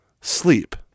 sleep